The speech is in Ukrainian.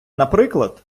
наприклад